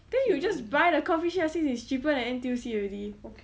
then you just buy the cod fish here since it is cheaper than N_T_U_C already